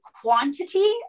quantity